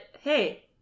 hey